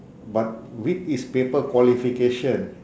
but with his paper qualification